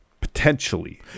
Potentially